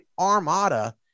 armada